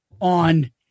on